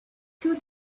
good